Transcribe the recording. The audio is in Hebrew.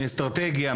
מאסטרטגיה,